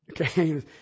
Okay